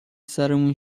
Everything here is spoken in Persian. سرمون